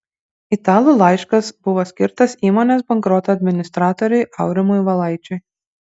italų laiškas buvo skirtas įmonės bankroto administratoriui aurimui valaičiui